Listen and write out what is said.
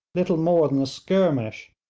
little more than a skirmish,